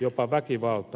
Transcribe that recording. jopa väkivaltaan